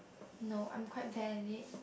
no I am quite bad at it